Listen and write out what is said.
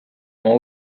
oma